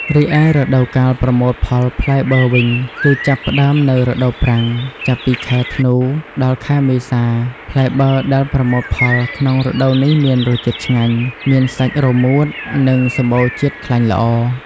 រីឯរដូវកាលប្រមូលផលផ្លែបឺរវិញ គឹចាប់ផ្ដើមនៅរដូវប្រាំង ចាប់ពីខែធ្នូ ដល់ខែមេសា ផ្លែបឺរដែលប្រមូលផលក្នុងរដូវនេះមានរសជាតិឆ្ងាញ់ មានសាច់រមួតនិងសម្បូរជាតិខ្លាញ់ល្អ។